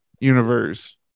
universe